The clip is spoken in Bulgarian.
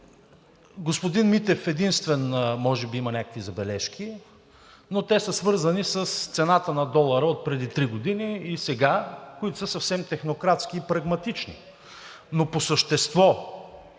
Господин Митев единствен може би има някакви забележки, но те са свързани с цената на долара отпреди три години и сега, които са съвсем технократски и прагматични. Но по същество,